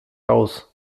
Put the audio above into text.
raus